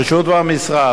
הרשות והמשרד,